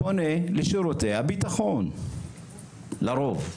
פונה לשירותי הביטחון, לרוב.